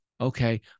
Okay